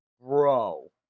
Bro